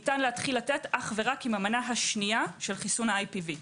ניתן להתחיל לתת רק עם המנה השנייה של חיסון ה-IPV.